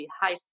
high